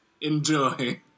enjoy